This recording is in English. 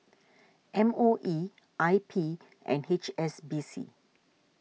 M O E I P and H S B C